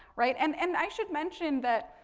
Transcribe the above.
right. and and, i should mention that,